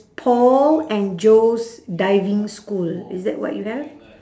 paul and joe's diving school is that what you have